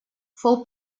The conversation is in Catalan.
fou